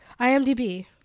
imdb